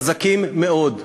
חזקים מאוד.